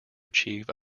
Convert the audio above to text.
achieve